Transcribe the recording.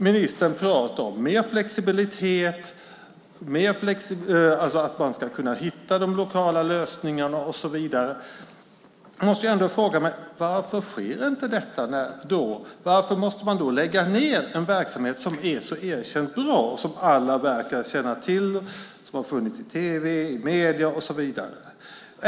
Ministern talar om mer flexibilitet, att man ska kunna hitta lösningar och så vidare. Då måste jag fråga: Varför sker då inte detta? Varför måste man då lägga ned en verksamhet som är så erkänt bra och som alla verkar känna till och som har tagits upp i tv och i andra medier?